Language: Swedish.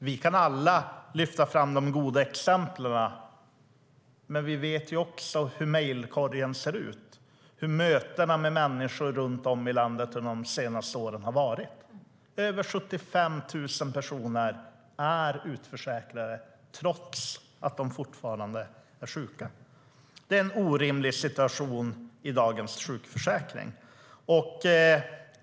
Vi kan alla lyfta fram de goda exemplen, men vi vet också hur mejlkorgen ser ut och hur mötena med människor runt om i landet har varit de senaste åren. Över 75 000 personer är utförsäkrade trots att de fortfarande är sjuka. Det är en orimlig situation med dagens sjukförsäkring.